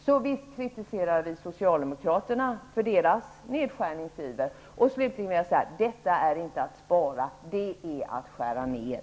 Så visst kritiserar vi Socialdemokraterna för deras nedskärningsiver. Slutligen: Detta är inte att spara. Det är att skära ner.